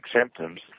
symptoms